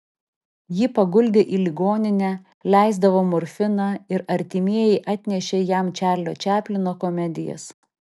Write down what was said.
jį paguldė į ligoninę leisdavo morfiną ir artimieji atnešė jam čarlio čaplino komedijas